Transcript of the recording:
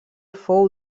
fou